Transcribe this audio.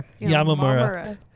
Yamamura